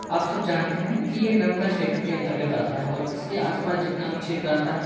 आप सब जानते हैं कि ये नर्मदा क्षेत्र के अंतर्गत आता है और इसके आस पास जितना भी क्षेत्र आता है